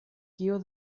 kio